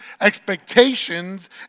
expectations